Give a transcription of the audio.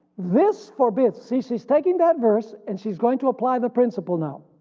this forbids, see she's taking that verse and she's going to apply the principle now.